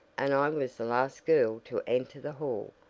and i was the last girl to enter the hall.